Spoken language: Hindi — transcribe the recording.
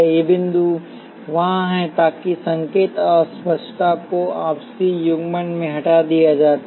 ये बिंदु वहां हैं ताकि संकेत अस्पष्टता हो आपसी युग्मन में हटा दिया जाता है